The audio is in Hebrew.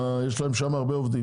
יש להם שם הרבה עובדים,